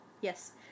Yes